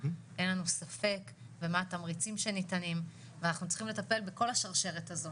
אין לנו ספק ומה התמריצים שניתנים ואנחנו צריכים לטפל בכל השרשרת הזאת